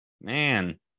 Man